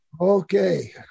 Okay